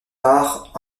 bar